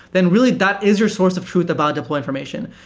then, really, that is your source of truth about deploy information.